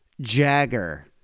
Jagger